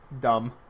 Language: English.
dumb